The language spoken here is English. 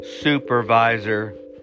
supervisor